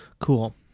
Cool